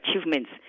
achievements